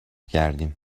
کردیم